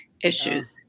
issues